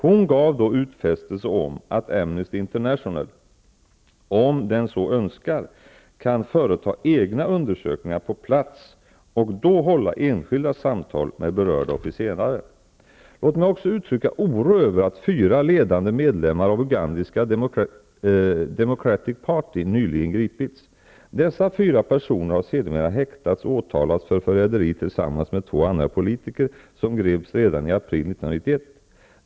Hon gav då utfästelse om att Amnesty International, om man så önskar, kan företa egna undersökningar på plats och då hålla enskilda samtal med berörda officerare. Låt mig också uttrycka oro över att fyra ledande medlemmar av ugandiska Democratic Party nyligen gripits. Dessa fyra personer har sedermera häktats och åtalats för förräderi tillsammans med två andra politiker, som greps redan i april 1991.